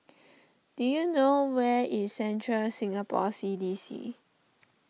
do you know where is Central Singapore C D C